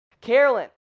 Carolyn